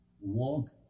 walk